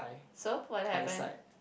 so what happened